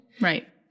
Right